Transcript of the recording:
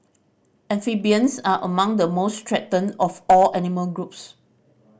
amphibians are among the most threatened of all animal groups